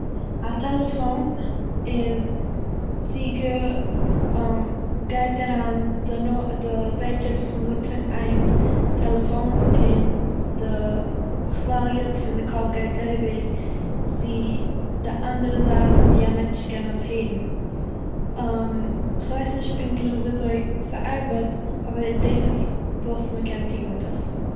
א טעלעפאון איז צוגע- גייט אריין די נו- די ווערטער וואס מ'זאגט פון איין טעלעפאון און די כוואליעס פון די קול גייט אריבער צו די אנדערע זייט ווי א מענטש קען עס הערן, כ'ווייס נישט פונקטליך ווי אזוי ס'ארבעט אבער דאס איז וואס מ'קען טוהן מיט עס.